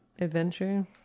adventure